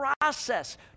process